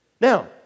Now